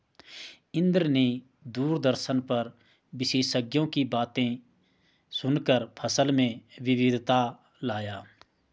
इंद्र ने दूरदर्शन पर विशेषज्ञों की बातें सुनकर फसल में विविधता लाया